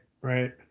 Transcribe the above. right